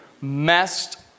messed